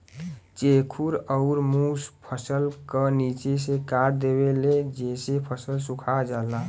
चेखुर अउर मुस फसल क निचे से काट देवेले जेसे फसल सुखा जाला